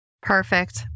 Perfect